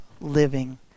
living